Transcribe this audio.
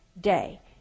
day